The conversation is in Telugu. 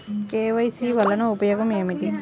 కే.వై.సి వలన ఉపయోగం ఏమిటీ?